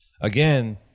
again